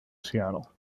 seattle